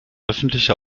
öffentliche